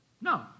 No